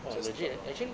just take lor